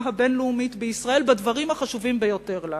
הבין-לאומית בישראל בדברים החשובים לנו ביותר.